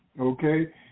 Okay